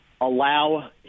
allow